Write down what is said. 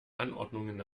anordnungen